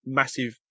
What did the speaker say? massive